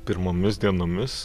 pirmomis dienomis